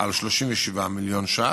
על 37 מיליון ש"ח,